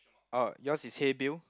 oh yours is hey Bill